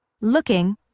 Looking